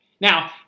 Now